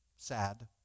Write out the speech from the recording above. Sad